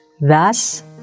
Thus